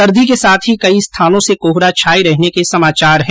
सर्दी के साथ ही कई स्थानों से कोहरा छाये रहने के समाचार है